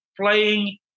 playing